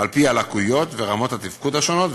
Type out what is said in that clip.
על-פי הלקויות ורמות התפקוד השונות,